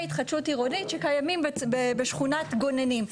התחדשות עירונית שקיימים בשכונת גוננים.